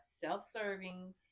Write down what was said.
self-serving